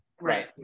right